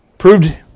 proved